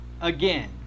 again